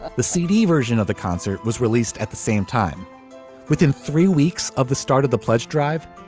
the seedy version of the concert was released at the same time within three weeks of the start of the pledge drive.